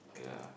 yeah